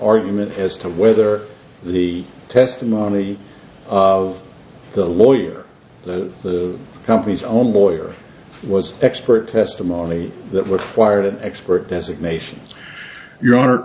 argument as to whether the testimony of the lawyer that the company's own lawyer was expert testimony that was fired an expert designation your honor